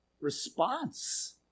response